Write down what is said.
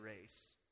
race